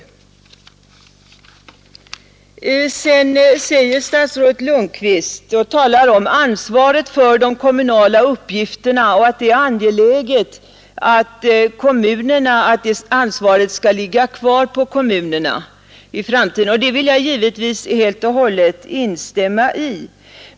Sedan talar statsrådet Lundkvist om ansvaret för de kommunala uppgifterna och säger att det är angeläget att ansvar och uppgifter skall ligga kvar på kommunerna i framtiden. Det vill jag givetvis helt och hållet instämma i.